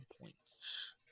points